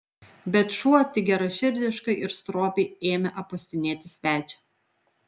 bet šuo tik geraširdiškai ir stropiai ėmė apuostinėti svečią